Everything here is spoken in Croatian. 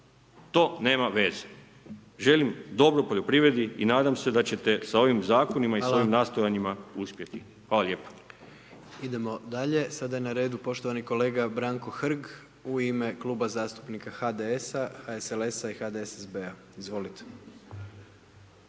to nema veze. Želim dobro poljoprivredi i nadam se da ćete sa ovim zakonima i sa ovim nastojanjima uspjeti. Hvala lijepa. **Jandroković, Gordan (HDZ)** Idemo dalje, sada je na redu poštovani kolega Branko Hrg u ime Kluba zastupnika HDS-a, HSLS-a i HDSSB-a. Izvolite.